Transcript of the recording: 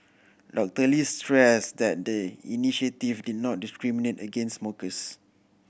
Doctor Lee stressed that the initiative did not discriminate against smokers